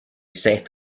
set